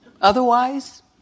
Otherwise